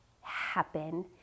happen